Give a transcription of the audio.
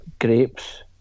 grapes